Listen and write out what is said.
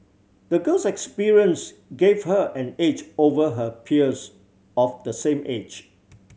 the girl's experience gave her an edge over her peers of the same age